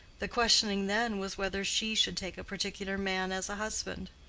the questioning then, was whether she should take a particular man as a husband.